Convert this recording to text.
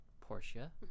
Portia